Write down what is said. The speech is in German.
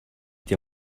dir